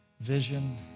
vision